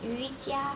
瑜伽